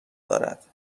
دارد